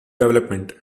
development